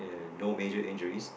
and no major injuries